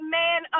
man